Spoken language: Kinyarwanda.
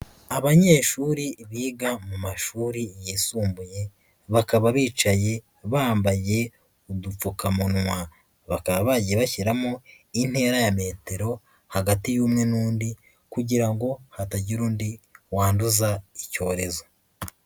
Abanyeshuri biga mu mashuri yisumbuye, bakaba bicaye bambaye udupfukamunwa. Bakaba bagiye bashyiramo intera ya metero, hagati y'umwe n'undi kugira ngo hatagira undi wanduza icyorezo.